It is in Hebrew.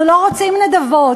אנחנו לא רוצים נדבות,